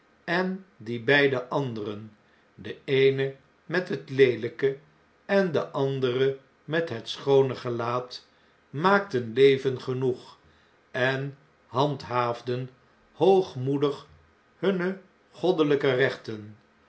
en die beide anderen de eene met het leelijke de andere met het schoone gelaat maakten leven genoeg en handhaafden hoogmoedig hunne goddelijke rechten